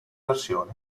versioni